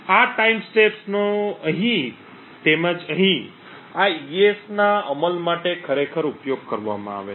આ ટાઈમ સ્ટેમ્પ્સનો અહીં તેમજ અહીં આ AES ના અમલ માટે ખરેખર ઉપયોગ કરવામાં આવે છે